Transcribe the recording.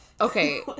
Okay